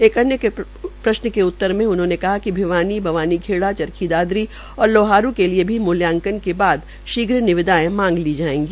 एक अन्य प्रश्न के उत्तर में उन्होंने कहा कि भिवानी बवानी खेड़ा चरखी दादरी और लोहारू के लिए भी मूल्यांकन के बाद शीघ्र निविदाये मांग ली जायेगी